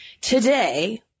today